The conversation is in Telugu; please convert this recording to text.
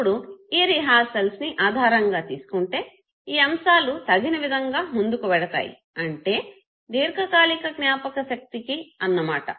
ఇప్పుడు ఈ రిహార్సల్స్ ని ఆధారంగా తీసుకుంటే ఈ అంశాలు తగిన విధంగా ముందుకు వెడతాయి అంటే దీర్ఘకాలిక జ్ఞాపకశక్తికి అన్నమాట